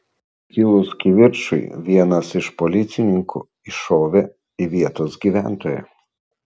kilus kivirčui vienas iš policininkų iššovė į vietos gyventoją